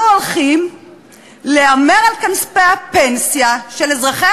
אנחנו הולכים להמר על כספי הפנסיה של אזרחי